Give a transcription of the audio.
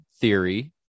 theory